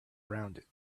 rounded